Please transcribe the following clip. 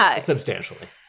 substantially